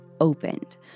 opened